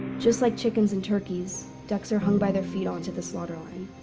just like chickens and turkeys, ducks are hung by their feet onto the slaughter line.